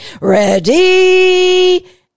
ready